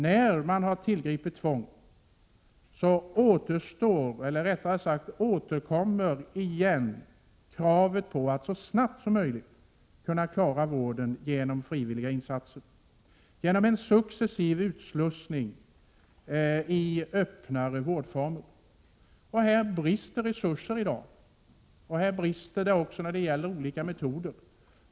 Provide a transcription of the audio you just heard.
När tvång har tillgripits återkommer kravet på att så snabbt som möjligt klara vården genom frivilliga insatser och genom en successiv utslussning i öppnare vårdformer. Men i detta sammanhang brister det i dag i fråga om resurser och i fråga om olika metoder.